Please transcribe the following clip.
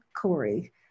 Corey